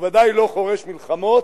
אין גבולות.